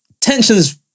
tensions